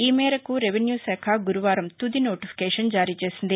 ఈ మేరకు రెవెన్యూ శాఖ గురువారం తుది నోటిఫికేషన్ జారీ చేసింది